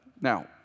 Now